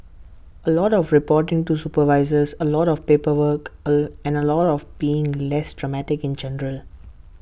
A lot of reporting to superiors A lot of paperwork A and A lot of being less dramatic in general